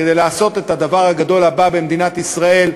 כדי לעשות את הדבר הגדול הבא במדינת ישראל,